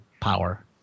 power